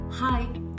Hi